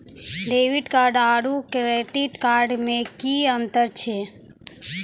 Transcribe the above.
Debit card आरू credit card मे कि अन्तर छैक?